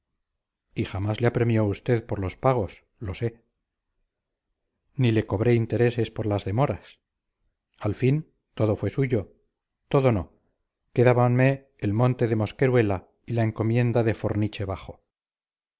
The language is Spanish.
y jamás le apremió usted por los pagos lo sé ni le cobré intereses por las demoras al fin todo fue suyo todo no quedábanme el monte de mosqueruela y la encomienda de forniche bajo